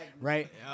right